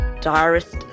Diarist